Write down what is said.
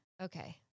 Okay